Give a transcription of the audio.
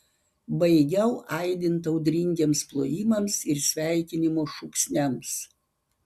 baigiau aidint audringiems plojimams ir sveikinimo šūksniams